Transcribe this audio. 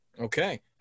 Okay